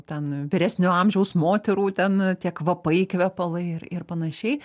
ten vyresnio amžiaus moterų ten tie kvapai kvepalai ir ir panašiai